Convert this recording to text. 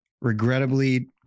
regrettably